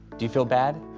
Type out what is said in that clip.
do you feel bad?